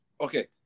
okay